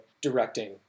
directing